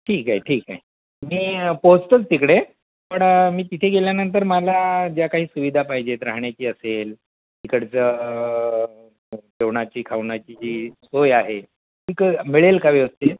ठीक आहे ठीक आहे मी पोचतोच तिकडे पण मी तिथे गेल्यानंतर मला ज्या काही सुविधा पाहिजेत राहण्याची असेल तिकडचं जेवणाची खाण्याची जी सोय आहे ती क मिळेल का व्यवस्थित